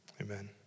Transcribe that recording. Amen